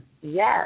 Yes